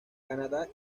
canadá